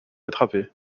attraper